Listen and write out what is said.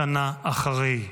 שנה אחרי.